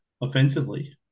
offensively